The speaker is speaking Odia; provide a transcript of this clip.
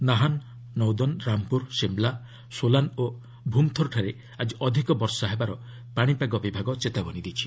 ନାହାନ୍ ନଦୌନ୍ ରାମପୁର ସିମ୍ଲା ସୋଲାନ୍ ଓ ଭୁମ୍ଥର୍ଠାରେ ଆଜି ଅଧିକ ବର୍ଷା ହେବାର ପାଣିପାଗ ବିଭାଗ ଚେତାବନୀ ଜାରି କରିଛି